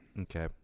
Okay